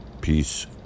peace